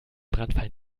brandfall